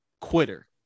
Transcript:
quitter